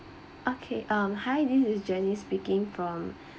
okay um hi this is jenny speaking from